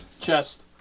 chest